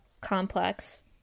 complex